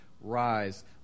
Rise